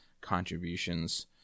contributions